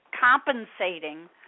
compensating